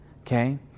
Okay